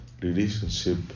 relationship